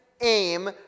aim